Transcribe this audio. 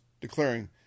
declaring